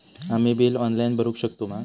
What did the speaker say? आम्ही bill online भरुक शकतू मा?